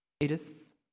Edith